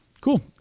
Cool